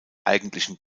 eigentlichen